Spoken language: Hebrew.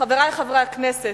חברי חברי הכנסת,